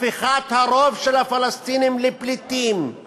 הפיכת הרוב של הפלסטינים לפליטים,